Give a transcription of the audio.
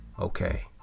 Okay